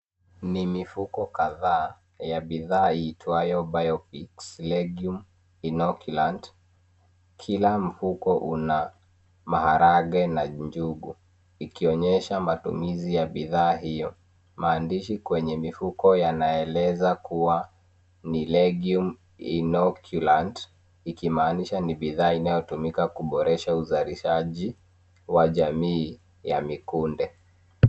Ni mifuko kadhaa ya bidhaa iitwayo Biofix Legume Inoculant. Kila mfuko una mahargae na njugu ikionyesha matumizi ya bidhaa hiyo. Maandishi kwenye mifuko yanaeleza kuwa ni legume inoculant ikimaanisha ni bidhaa inayotumika kuboresha uzalishaji wa jamii ya mikunde.